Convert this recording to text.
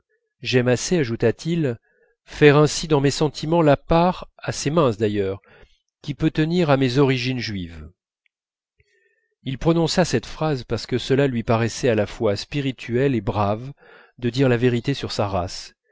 j'aime assez ajouta-t-il faire ainsi dans mes sentiments la part assez mince d'ailleurs qui peut tenir à mes origines juives il prononça cette phrase parce que cela lui paraissait à la fois spirituel et brave de dire la vérité sur sa race